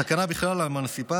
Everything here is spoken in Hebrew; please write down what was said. סכנה בכלל לאמנציפציה,